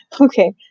Okay